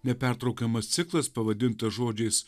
nepertraukiamas ciklas pavadintas žodžiais